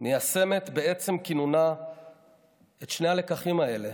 מיישמת בעצם כינונה את שני הלקחים האלה